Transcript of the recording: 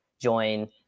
join